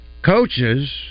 coaches